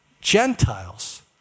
Gentiles